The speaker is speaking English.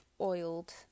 oiled